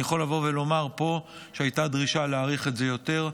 אני יכול לבוא ולומר פה שהייתה דרישה להאריך את זה יותר.